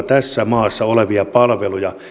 tässä maassa olevia palveluja